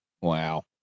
Wow